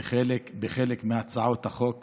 בחלק מהצעות החוק